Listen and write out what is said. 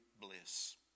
Bliss